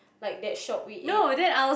like that shop we ate